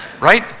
Right